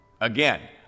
Again